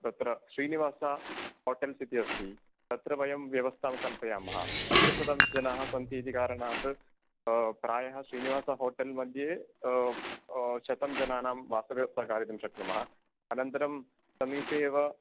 तत्र श्रीनिवास होटेल्स् इति अस्ति तत्र वयं व्यवस्थां कल्पयामः पञ्चशतं जनाः सन्ति इति कारणात् प्रायः श्रीनिवास होटेल् मध्ये शतं जनानां वासव्यवस्थां कारितुं शक्नुमः अनन्तरं समीपे एव